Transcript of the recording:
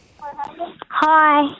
Hi